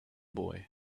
boy